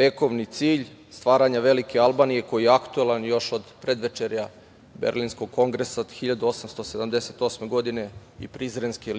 vekovni cilj - stvaranje velike Albanije, koji je aktuelan još od predvečerja Berlinskog kongresa od 1878. godine i Prizrenske